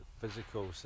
physical